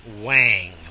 Wang